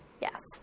Yes